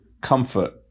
comfort